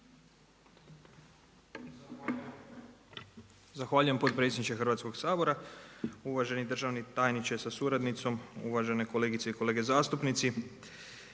Zahvaljujem predsjedniče Hrvatskog sabora. Uvaženi državni tajniče sa suradnicom, uvažene kolegice i kolege zastupnici.